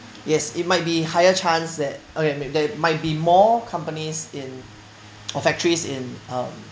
yes it might be higher chance that okay there might be more companies in or factories in um